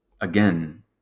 again